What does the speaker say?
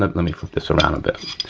ah let me flip this around a bit.